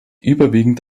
überwiegend